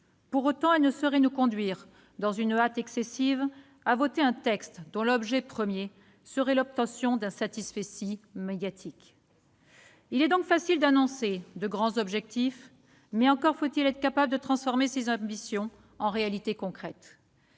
Pour autant, elle ne saurait nous conduire à voter dans une hâte excessive un texte dont l'objet premier serait l'obtention d'un satisfecit médiatique. Il est facile d'annoncer de grands objectifs, encore faut-il être capable de transformer ces ambitions en réalité concrète.